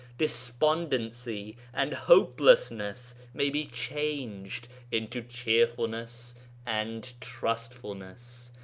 despondency and hopelessness may be changed into cheerfulness and trustfulness,